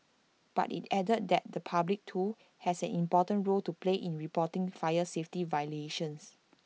but IT added that the public too has an important role to play in reporting fire safety violations